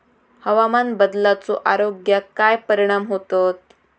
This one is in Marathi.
हवामान बदलाचो आरोग्याक काय परिणाम होतत?